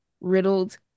riddled